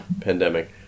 pandemic